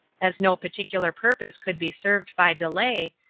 as no particular purpose could be served by delay,